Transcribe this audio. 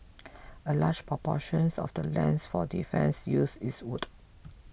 a large proportions of the lands for defence use is wooded